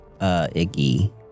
Iggy